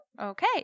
okay